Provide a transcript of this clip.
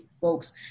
folks